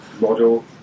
model